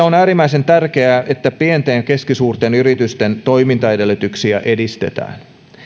on äärimmäisen tärkeää että pienten ja keskisuurten yritysten toimintaedellytyksiä edistetään